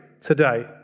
today